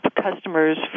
customers